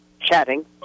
chatting